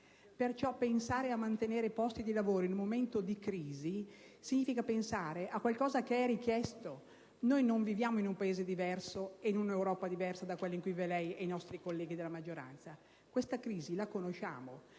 questo, pensare di mantenere posti di lavoro in un momento di crisi significa pensare a qualcosa che è richiesto. Non viviamo in un Paese diverso ed in un'Europa diversa da quella in cui vive lei, signor Ministro, e vivono i nostri colleghi della maggioranza. Questa crisi la conosciamo.